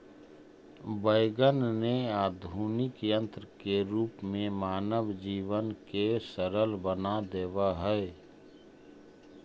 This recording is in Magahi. वैगन ने आधुनिक यन्त्र के रूप में मानव जीवन के सरल बना देवऽ हई